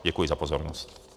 Děkuji za pozornost.